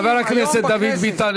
חבר הכנסת דוד ביטן,